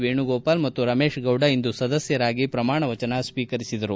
ವೇಣುಗೋಪಾಲ್ ಮತ್ತು ರಮೇಶ್ಗೌಡ ಇಂದು ಸದಸ್ಟರಾಗಿ ಪ್ರಮಾಣವಚನ ಸ್ವೀಕರಿಸಿದರು